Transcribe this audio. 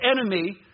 enemy